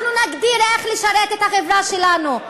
אנחנו נגדיר איך לשרת את החברה שלנו.